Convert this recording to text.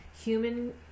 human